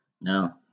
no